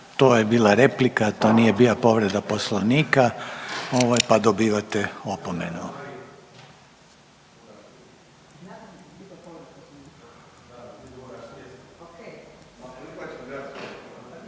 to je bila replika, to nije bila povreda Poslovnika ovaj, pa dobivate opomenu.